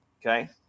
Okay